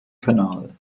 kanal